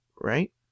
right